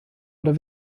oder